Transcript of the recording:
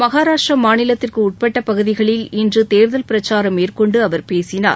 மகாராஷ்டிரா மாநிலத்திற்கு உட்பட்ட பகுதிகளில் இன்று தேர்தல் பிரச்சாரம் மேற்கொண்டு அவர் பேசினார்